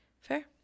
fair